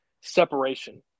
separation